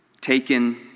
taken